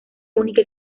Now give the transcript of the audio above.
única